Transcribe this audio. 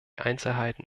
einzelheiten